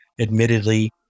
admittedly